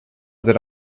that